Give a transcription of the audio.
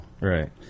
right